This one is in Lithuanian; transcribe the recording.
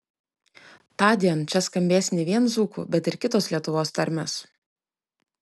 tądien čia skambės ne vien dzūkų bet ir kitos lietuvos tarmės